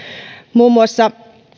muun muassa